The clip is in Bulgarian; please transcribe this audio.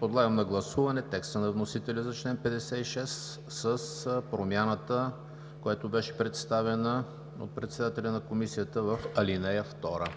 Подлагам на гласуване текста на вносителя за чл. 56 с промяната, която беше представена от председателя на Комисията в ал. 2.